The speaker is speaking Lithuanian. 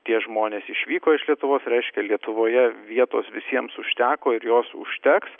tie žmonės išvyko iš lietuvos reiškia lietuvoje vietos visiems užteko ir jos užteks